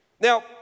Now